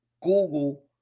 Google